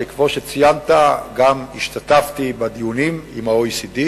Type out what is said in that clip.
כי כמו שציינת גם השתתפתי בדיונים עם ה-OECD,